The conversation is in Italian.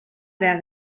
del